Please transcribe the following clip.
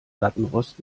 lattenrost